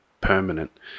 permanent